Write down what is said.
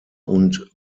und